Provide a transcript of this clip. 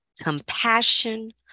compassion